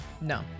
no